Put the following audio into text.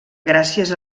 gràcies